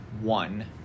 one